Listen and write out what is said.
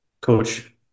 coach